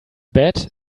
bed